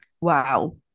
wow